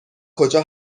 کجا